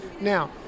Now